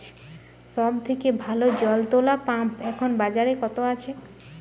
সব থেকে ভালো জল তোলা পাম্প এখন বাজারে কত আছে?